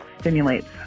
stimulates